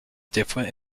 different